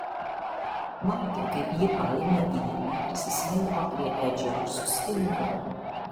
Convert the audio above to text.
matė kaip ji paėmė vieną prisislinko prie edžio ir sustingo